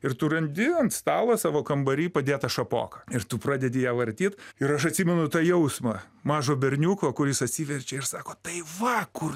ir tu randi ant stalo savo kambary padėtą šapoką ir tu pradedi ją vartyt ir aš atsimenu tą jausmą mažo berniuko kuris atsiverčia ir sako tai va kur